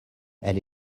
elle